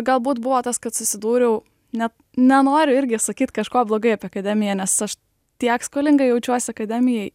galbūt buvo tas kad susidūriau ne nenoriu irgi sakyt kažko blogai apie akademiją nes aš tiek skolinga jaučiuosi akademijai